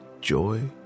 joy